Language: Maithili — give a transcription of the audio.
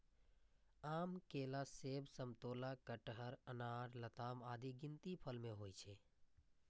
आम, केला, सेब, समतोला, कटहर, अनार, लताम आदिक गिनती फल मे होइ छै